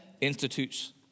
institutes